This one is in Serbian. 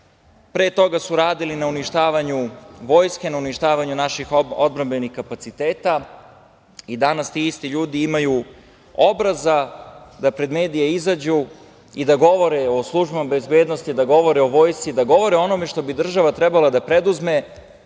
toga su radili na uništavanju vojske, na uništavanju naših odbrambenih kapaciteta i danas ti isti ljudi imaju obraza da pred medije izađu i da govore o službama bezbednosti, da govore o vojsci, da govore o onome što bi država trebala da preduzme